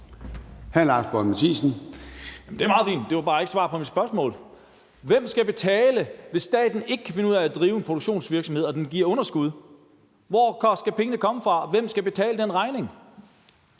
10:41 Lars Boje Mathiesen (UFG): Det er meget fint, men det var bare ikke et svar på mit spørgsmål. Hvem skal betale, hvis staten ikke kan finde ud af at drive den produktionsvirksomhed og den giver underskud? Hvor skal pengene komme fra? Hvem skal betale den regning?